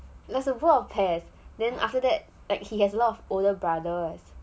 there's a bowl of pear then after that like he has a lot of older brothers